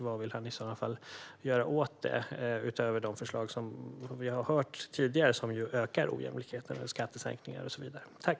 Vad vill han i så fall göra åt det, utöver de förslag som vi tidigare har hört och som ökar ojämlikheten? Det handlar bland annat om skattesänkningar.